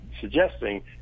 suggesting